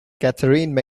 catherine